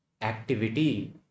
activity